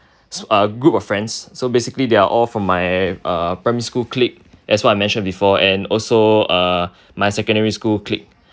uh group of friends so basically they are all from my uh primary school clique as what I've mentioned before and also uh my secondary school clique